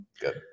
good